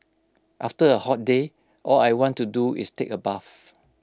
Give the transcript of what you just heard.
after A hot day all I want to do is take A bath